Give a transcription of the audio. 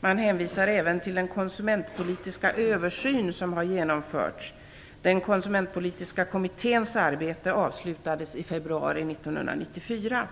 Man hänvisar även till den konsumentpolitiska översyn som genomförts. Den konsumentpolitiska kommitténs arbete avslutades i februari 1994.